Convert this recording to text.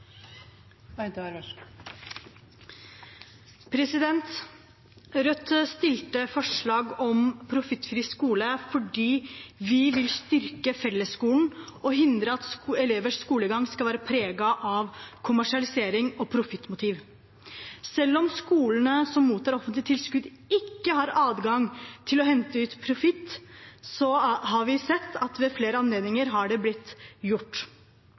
Rødt stilte forslag om profittfri skole fordi vi vil styrke fellesskolen og hindre at elevers skolegang skal være preget av kommersialisering og profittmotiv. Selv om skolene som mottar offentlig tilskudd, ikke har adgang til å hente ut profitt, har vi sett at det har blitt gjort ved flere anledninger. Kommersielle aktører har